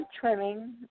trimming